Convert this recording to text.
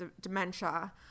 dementia